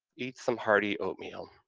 eat some hearty oatmeal,